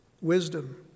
wisdom